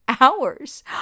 hours